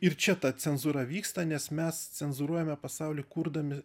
ir čia ta cenzūra vyksta nes mes cenzūruojame pasaulį kurdami